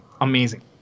amazing